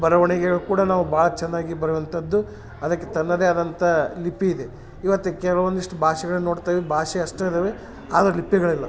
ಬರವಣಿಗೆನು ಕೂಡ ನಾವು ಭಾಳ ಚೆನ್ನಾಗಿ ಬರಿವಂಥದ್ದು ಅದಕ್ಕೆ ತನ್ನದೇ ಆದಂಥ ಲಿಪಿ ಇದೆ ಇವತ್ತು ಕೆಲವೊಂದಿಷ್ಟು ಭಾಷೆಗಳನ್ನ ನೋಡ್ತೆವಿ ಭಾಷೆ ಅಷ್ಟೆ ಅದವೆ ಆದ್ರೆ ಲಿಪಿಗಳಿಲ್ಲ